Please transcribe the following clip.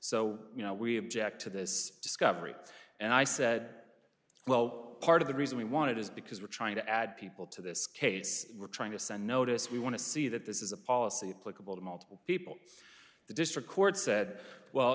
so you know we object to this discovery and i said well part of the reason we wanted is because we're trying to add people to this case we're trying to send notice we want to see that this is a policy and political to multiple people the district court said well